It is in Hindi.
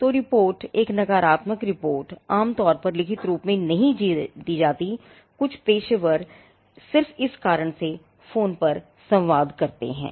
तो रिपोर्ट एक नकारात्मक रिपोर्ट आम तौर पर लिखित रूप में नहीं दी जाती है कुछ पेशेवर सिर्फ इस कारण से फोन पर संवाद करते हैं